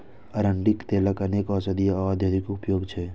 अरंडीक तेलक अनेक औषधीय आ औद्योगिक उपयोग होइ छै